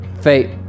Fate